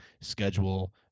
schedule